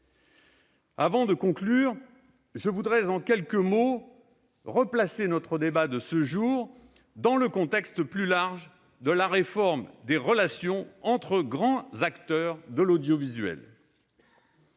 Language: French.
Avant de conclure, je voudrais en quelques mots replacer notre débat de ce jour dans le contexte plus large de la réforme des relations entre grands acteurs de l'audiovisuel.